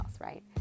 right